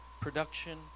production